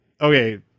Okay